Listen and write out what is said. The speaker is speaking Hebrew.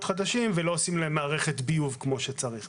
חדשים ולא עושים להם מערכת ביוב כמו שצריך.